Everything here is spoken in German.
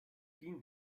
dean